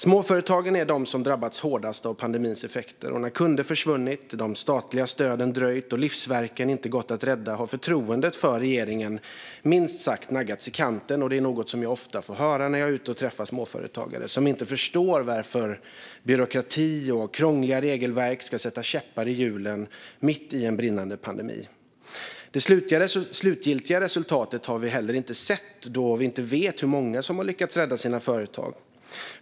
Småföretagen är de som har drabbats hårdast av pandemins effekter. När kunder försvunnit, de statliga stöden dröjt och livsverken inte gått att rädda har förtroendet för regeringen minst sagt naggats i kanten, vilket är något jag ofta får höra när jag är ute och träffar småföretagare. De förstår inte varför byråkrati och krångliga regelverk ska sätta käppar i hjulen mitt i en brinnande pandemi. Det slutgiltiga resultatet har vi heller inte sett då vi inte vet hur många som har lyckats rädda sina företag.